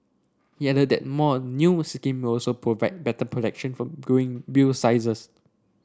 he added that more new scheme will also provide better protection from growing bill sizes